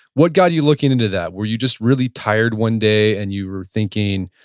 what got you looking into that? were you just really tired one day and you were thinking,